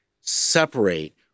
separate